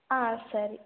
ಹಾಂ ಸರಿ